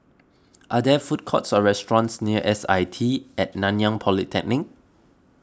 are there food courts or restaurants near S I T at Nanyang Polytechnic